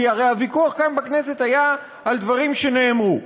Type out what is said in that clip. כי הרי הוויכוח כאן בכנסת היה על דברים שנאמרו.